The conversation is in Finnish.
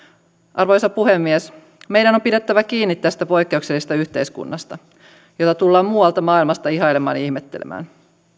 arvoisa puhemies meidän on pidettävä kiinni tästä poikkeuksellisesta yhteiskunnasta jota tullaan muualta maailmasta ihailemaan ja ihmettelemään